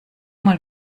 mal